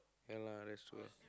ya lah that's true